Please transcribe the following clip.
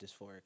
dysphoric